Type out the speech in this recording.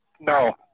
No